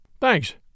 Thanks